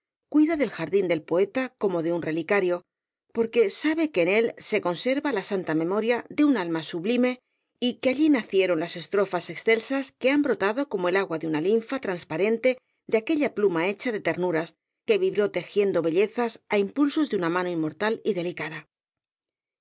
cuida del jardín del poeta como de un relicario porque sabe que en él se conserva la santa memoria de un alma sublime y que allí nacieron las estrofas excelsas que han brotado como el agua de una linfa transparente de aquella pluma hecha de ternuras que vibró tejiendo bellezas á impulsos de una mano inmortal y delicada